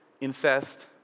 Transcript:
incest